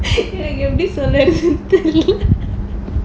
எப்டி சொல்றது தெரில:epdi solratu terila